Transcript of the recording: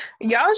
Y'all